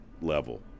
level